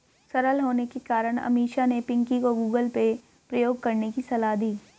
सरल होने के कारण अमीषा ने पिंकी को गूगल पे प्रयोग करने की सलाह दी